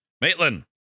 Maitland